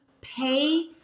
pay